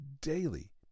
daily